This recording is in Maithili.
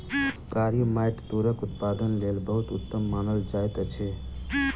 कारी माइट तूरक उत्पादनक लेल बहुत उत्तम मानल जाइत अछि